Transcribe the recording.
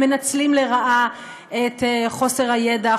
הם מנצלים לרעה את חוסר הידע,